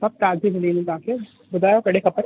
सभु तव्हांखे मिली वेंदा तव्हांखे ॿुधायो कॾहिं खपनि